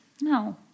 No